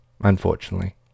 unfortunately